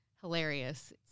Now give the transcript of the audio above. hilarious